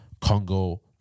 congo